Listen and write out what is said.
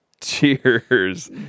Cheers